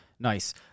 Nice